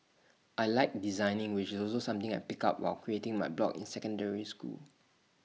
I Like designing which is also something I picked up while creating my blog in secondary school